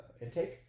intake